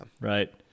Right